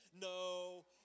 No